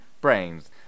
Brains